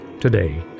today